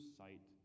sight